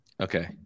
okay